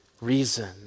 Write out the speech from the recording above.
reason